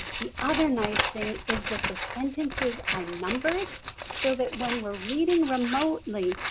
the other nice thing is that the sentences are numbered so that when we're reading remotely,